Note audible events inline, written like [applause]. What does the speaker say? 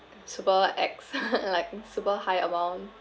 super ex [laughs] like super high amount